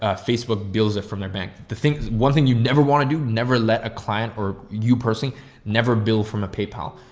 ah facebook bills it from their bank. the thing is one thing you never want to do, never let a client or you personally never bill from a paypal,